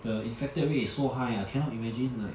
the infected rate is so high ah I cannot imagine like